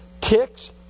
ticks